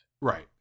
Right